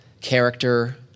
character